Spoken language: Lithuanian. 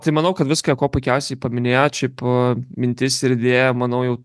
tai manau kad viską kuo puikiausiai paminėjot šiaip mintis ir idėja manau jau